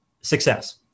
success